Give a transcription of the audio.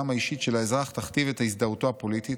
האישית של האזרח תכתיב את הזדהותו הפוליטית,